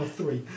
three